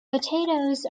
potatoes